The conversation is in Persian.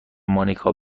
مانیکا